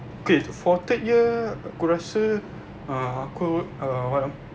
okay for third year aku rasa uh aku what ah